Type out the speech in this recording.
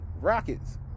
Rockets